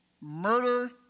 Murder